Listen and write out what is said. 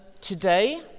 Today